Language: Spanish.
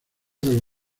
del